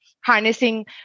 harnessing